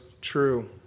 true